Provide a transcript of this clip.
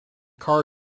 car